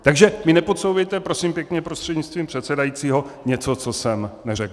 Takže mi nepodsouvejte, prosím pěkně prostřednictvím předsedajícího, něco, co jsem neřekl.